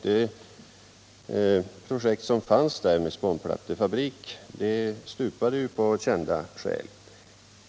Det projekt som fanns med om en spånplattefabrik stupade ju av kända skäl.